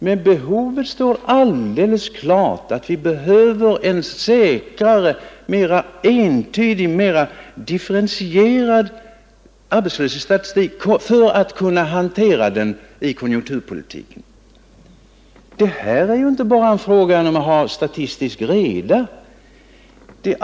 Men behovet står alldeles klart — vi behöver en säkrare, mera entydig, mera differentierad arbetslöshetsstatistik för att kunna hantera den i konjunkturpolitiken. Det här är inte bara en fråga om statistisk reda.